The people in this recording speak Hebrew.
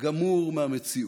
גמור מהמציאות.